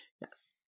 Yes